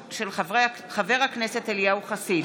בעקבות דיון מהיר בהצעתו של חבר הכנסת אליהו חסיד